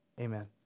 amen